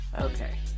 okay